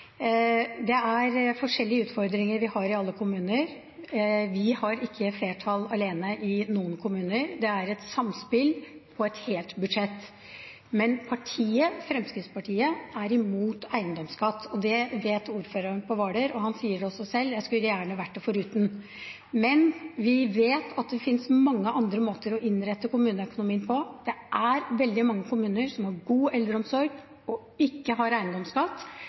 Vi har forskjellige utfordringer i alle kommuner. Vi har ikke flertall alene i noen kommuner. Det er et samspill om et helt budsjett. Men partiet Fremskrittspartiet er imot eiendomsskatt. Det vet ordføreren på Hvaler, og han sier også selv at han gjerne skulle vært det foruten. Vi vet at det finnes mange andre måter å innrette kommuneøkonomien på. Det er veldig mange kommuner som har god eldreomsorg, og som ikke har eiendomsskatt.